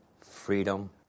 freedom